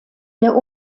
ihr